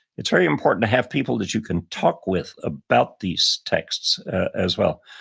it's very important to have people that you can talk with about these texts as well.